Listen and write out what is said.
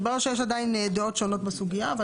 התברר שיש עדיין דעות שונות בסוגייה אבל